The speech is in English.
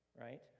right